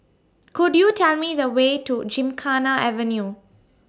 Could YOU Tell Me The Way to Gymkhana Avenue